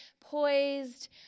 poised